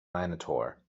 minotaur